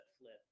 flip